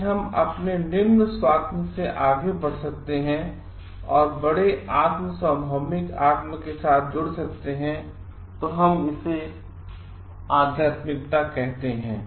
यदि हम अपने निम्न स्वात्म से आगे बढ़ सकते हैं और बड़े आत्म सार्वभौमिक आत्म के साथ जुड़ सकते हैं इसे हम आध्यात्मिकता कह सकते हैं